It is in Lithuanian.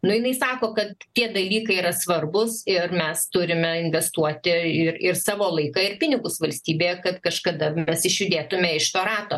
nu jinai sako kad tie dalykai yra svarbūs ir mes turime investuoti ir ir savo laiką ir pinigus valstybėje kad kažkada mes išjudėtume iš to rato